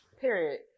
Period